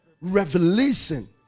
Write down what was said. revelation